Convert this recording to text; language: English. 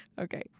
Okay